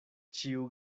ĉiu